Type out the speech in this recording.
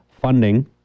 funding